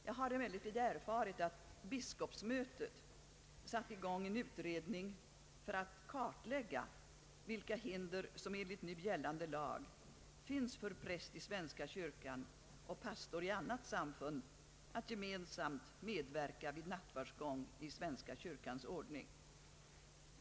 Jag har emellertid erfarit att biskopsmötet satt i gång en utredning för att kartlägga vilka hinder som enligt nu gällande lag finns för präst i svenska kyrkan och pastor i annat samfund att gemensamt medverka vid nattvardsgång i svenska kyrkans ordning.